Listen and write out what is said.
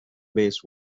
base